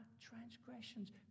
transgressions